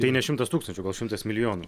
tai ne šimtas tūkstančių gal šimtas milijonų